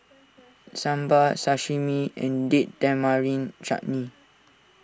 Sambar Sashimi and Date Tamarind Chutney